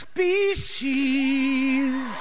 Species